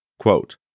Quote